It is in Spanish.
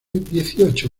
dieciocho